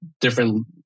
different